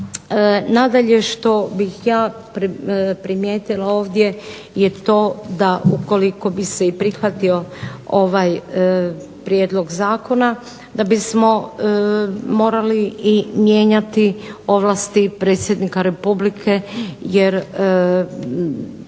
Nadalje što bih ja primijetila ovdje je to da ukoliko bi se i prihvatio ovaj prijedlog zakona da bismo morali i mijenjati ovlasti predsjednika Republike jer u